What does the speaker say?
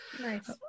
Nice